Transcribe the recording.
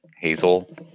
hazel